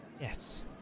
Yes